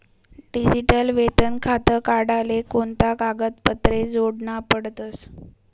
Digital वेतन खातं काढाले कोणता कागदपत्रे जोडना पडतसं?